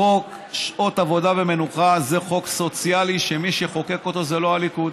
חוק שעות עבודה ומנוחה זה חוק סוציאלי שמי שחוקק אותו זה לא הליכוד.